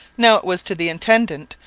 now it was to the intendant,